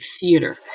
theater